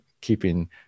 keeping